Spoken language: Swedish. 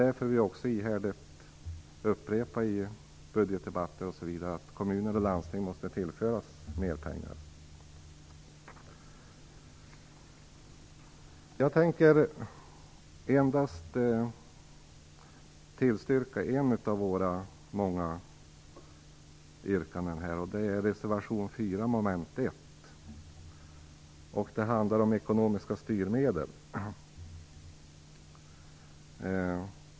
Därför upprepar vi ihärdigt, bl.a. i budgetdebatter, att kommuner och landsting måste tillföras mera pengar. Jag avser endast att tillstyrka ett av våra många yrkanden här. Det gäller då reservation 4, mom. 1, om ekonomiska styrmedel.